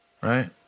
right